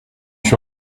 sur